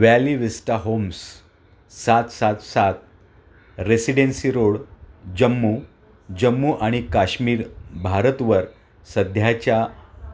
valley Vista Homes सात सात सात रेसिडेन्सि रोड जम्मू जम्मू आणि काश्मीर भारतवर सध्याच्या